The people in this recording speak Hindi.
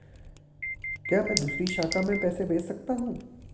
क्या मैं दूसरी शाखा में पैसे भेज सकता हूँ?